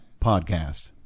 podcast